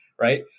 right